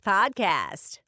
Podcast